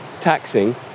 taxing